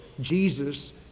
Jesus